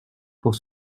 pour